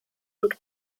und